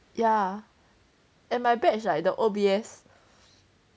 ya and my batch like the O_B_S